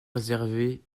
réservé